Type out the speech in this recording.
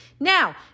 Now